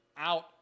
out